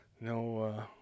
no